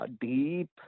deep